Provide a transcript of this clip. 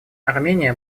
армения